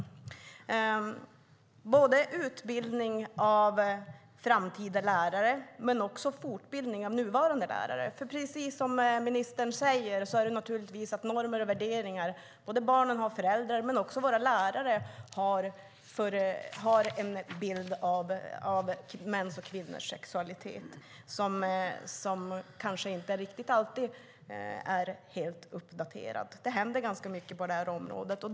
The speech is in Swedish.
Det handlar om utbildning av framtida lärare men också om fortbildning av nuvarande lärare. Precis som ministern säger handlar det om normer och värderingar hos barnen och deras föräldrar, men också våra lärare har en bild av mäns och kvinnors sexualitet som kanske inte riktigt alltid är helt uppdaterad. Det händer ganska mycket på det här området.